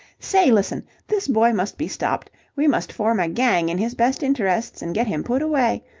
say, listen! this boy must be stopped. we must form a gang in his best interests and get him put away.